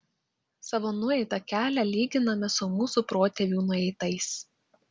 savo nueitą kelią lyginame su mūsų protėvių nueitais